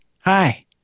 Hi